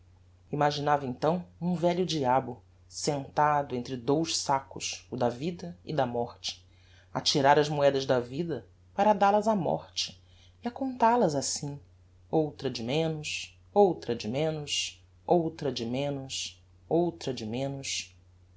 imaginava então um velho diabo sentado entre dous saccos o da vida e da morte a tirar as moedas da vida para dal as á morte e a contal as assim outra de menos outra de menos outra de menos outra de menos